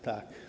Tak.